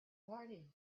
party